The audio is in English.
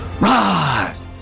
rise